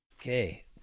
Okay